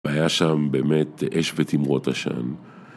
‫היה שם באמת אש ותימרות עשן.